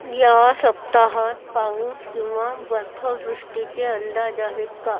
या सप्ताहात पाऊस किंवा बर्फवृष्टीचे अंदाज आहेत का